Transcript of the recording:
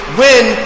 win